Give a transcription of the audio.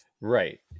Right